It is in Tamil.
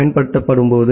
பயன்படுத்தப்பட்டது